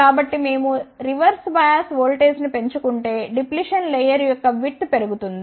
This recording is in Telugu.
కాబట్టి మేము రివర్స్ బయాస్ వోల్టేజ్ను పెంచుకుంటే డిప్లిషన్ లేయర్ యొక్క విడ్త్ పెరుగుతుంది